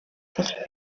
els